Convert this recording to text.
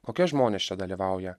kokie žmonės čia dalyvauja